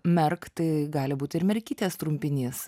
merk tai gali būti ir merkytės trumpinys